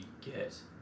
get